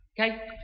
Okay